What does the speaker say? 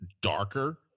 darker